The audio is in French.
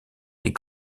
les